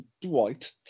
Dwight